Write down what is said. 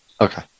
okay